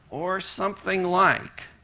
or something like,